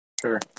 Sure